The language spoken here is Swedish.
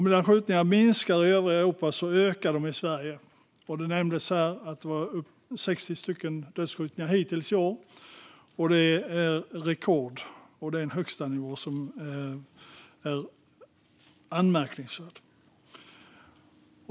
Medan skjutningarna minskar i övriga Europa ökar de i Sverige. Det nämndes här att det varit 60 dödsskjutningar hittills i år. Det är rekord och en högstanivå som är anmärkningsvärd.